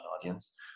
audience